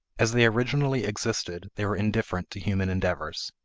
as they originally existed they were indifferent to human endeavors.